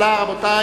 31),